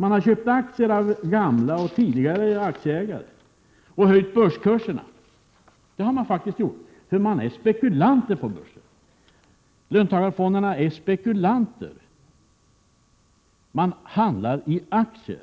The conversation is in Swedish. Man har köpt aktier av tidigare aktieägare och höjt börskurserna, så löntagarfonderna är spekulanter på börsen. De handlar i aktier.